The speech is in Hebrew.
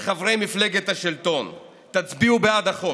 לחברי מפלגת השלטון: תצביעו בעד החוק.